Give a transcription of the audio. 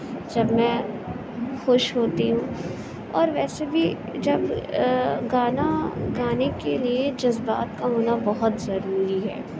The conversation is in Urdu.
جب میں خوش ہوتی ہوں اور ویسے بھی جب گانا گانے کے لیے جذبات کا ہونا بہت ضروری ہے